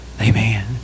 amen